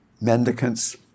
mendicants